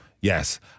yes